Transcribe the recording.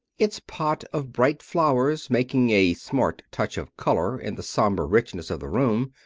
its pot of bright flowers making a smart touch of color in the somber richness of the room,